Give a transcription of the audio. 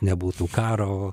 nebūtų karo